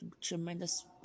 tremendous